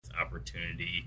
opportunity